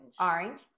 Orange